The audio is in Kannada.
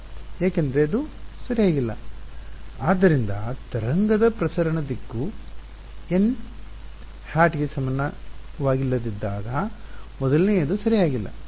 ವಿದ್ಯಾರ್ಥಿ ಏಕೆಂದರೆ ಅದು ಸರಿಯಾಗಿಲ್ಲ ಆದ್ದರಿಂದ ತರಂಗದ ಪ್ರಸರಣದ ದಿಕ್ಕು nˆ ಗೆ ಸಮನಾಗಿಲ್ಲದಿದ್ದಾಗ ಮೊದಲನೆಯದು ಸರಿಯಾಗಿಲ್ಲ